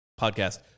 podcast